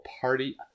party